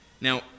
Now